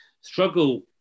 struggle